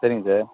சரிங்க சார்